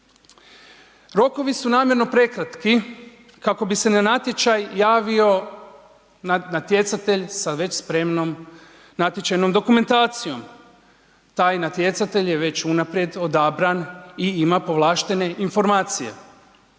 Rokovi su namjerno prekratki kako bi se na natječaj javio natjecatelj sa već spremnom natječajnom dokumentacijom. Taj natjecatelj je već unaprijed odabran i ima povlaštene informacije.